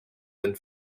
and